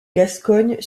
gascogne